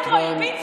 למה אתה לא מגנה